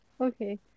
Okay